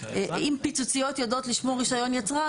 אם פיצוציות יודעות לשמור רישיון יצרן